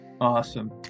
Awesome